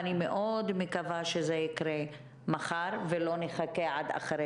אני מאוד מקווה שזה יקרה מחר ושלא נחכה עד אחרי